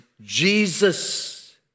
Jesus